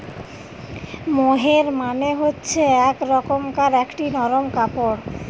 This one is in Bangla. মোহের মানে হচ্ছে এক রকমকার একটি নরম কাপড়